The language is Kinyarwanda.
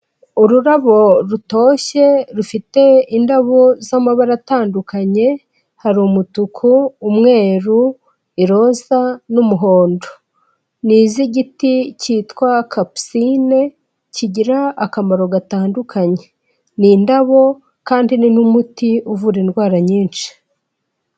Ururabo rutoshye, rufite indabo z'amabara atandukanye, hari umutuku, umweru, iroza, n'umuhondo. Ni iz'igiti cyitwa kapusine, kigira akamaro gatandukanye, ni indabo kandi ni n'umuti uvura indwara nyinshi.